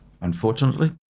unfortunately